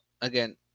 again